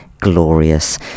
Glorious